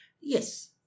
yes